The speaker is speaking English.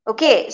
Okay